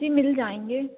जी मिल जाएँगे